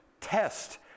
test